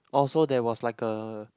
oh so there was like a